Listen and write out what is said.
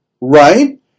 Right